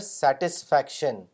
satisfaction